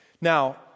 Now